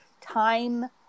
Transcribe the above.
time